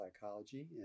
Psychology